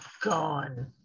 gone